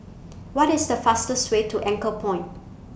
What IS The fastest Way to Anchorpoint